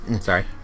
Sorry